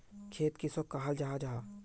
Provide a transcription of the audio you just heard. खेत किसोक कहाल जाहा जाहा?